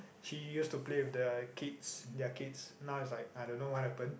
she used to play with the kids their kids now is like I don't know what happen